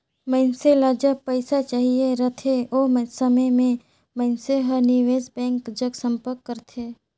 मइनसे ल जब पइसा चाहिए रहथे ओ समे में मइनसे हर निवेस बेंक जग संपर्क करथे